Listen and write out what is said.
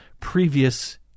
previous